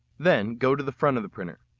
then go to the front of the printer.